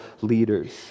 leaders